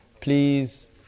please